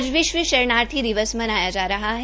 आज विश्व शरणार्थी दिवस मनाया जा रहा है